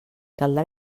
caldrà